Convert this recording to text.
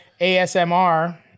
ASMR